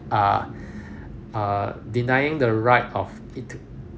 uh err denying the right of int~